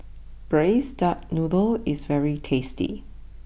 Braised Duck Noodle is very tasty